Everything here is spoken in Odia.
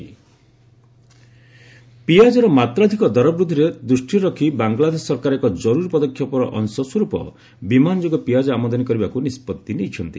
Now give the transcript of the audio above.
ବାଂଲାଦେଶ ଓନିଅନ ପିଆଜର ମାତ୍ରାଧିକ ଦରବୃଦ୍ଧିକୁ ଦୃଷ୍ଟିରେ ରଖି ବାଂଲାଦେଶ ସରକାର ଏକ ଜରୁରୀ ପଦକ୍ଷେପର ଅଂଶସ୍ୱରୂପ ବିମାନଯୋଗେ ପିଆଜ ଆମଦାନୀ କରିବାକୁ ନିଷ୍ପଭି ନେଇଛନ୍ତି